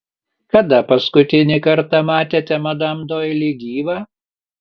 kada paskutinį kartą matėte madam doili gyvą